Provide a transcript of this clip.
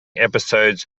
episodes